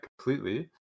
completely